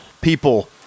People